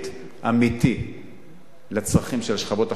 אמיתי לצרכים של השכבות החלשות.